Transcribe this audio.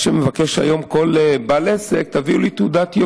מה שמבקש היום כל בעל עסק: תביאו לי תעודת יושר.